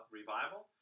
revival